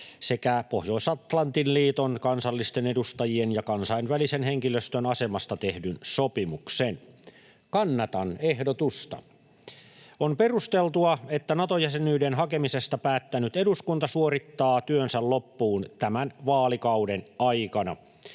sekä Pohjois-Atlantin liiton kansallisten edustajien ja kansainvälisen henkilöstön asemasta tehdyn sopimuksen. Kannatan ehdotusta. On perusteltua, että Nato-jäsenyyden hakemisesta päättänyt eduskunta suorittaa työnsä loppuun tämän vaalikauden aikana.